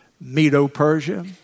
Medo-Persia